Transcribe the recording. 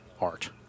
art